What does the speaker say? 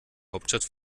hauptstadt